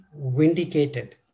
vindicated